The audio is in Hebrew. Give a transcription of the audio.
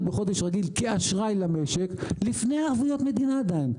בחודש רגיל כשאשראי למשק לפני ערבויות מדינה עדיין.